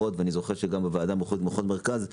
זוכר שבוועדה המחוזית מחוז מרכז,